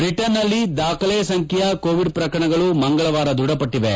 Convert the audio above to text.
ಬ್ರಿಟನ್ನಲ್ಲಿ ದಾಖಲೆ ಸಂಖ್ಯೆಯ ಕೋವಿಡ್ ಪ್ರಕರಣಗಳು ಮಂಗಳವಾರ ದೃಢಪಟ್ಟಿವೆ